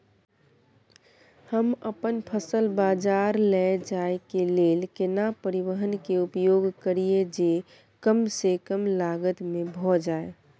हम अपन फसल बाजार लैय जाय के लेल केना परिवहन के उपयोग करिये जे कम स कम लागत में भ जाय?